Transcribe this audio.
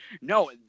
No